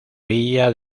villa